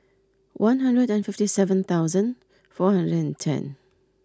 one hundred and fifty seven thousand four hundred and ten